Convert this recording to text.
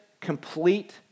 complete